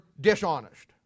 dishonest